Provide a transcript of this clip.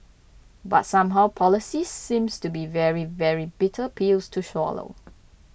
but somehow policies seems to be very very bitter pills to swallow